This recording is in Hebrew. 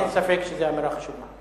אין ספק שזו אמירה חשובה.